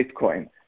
Bitcoin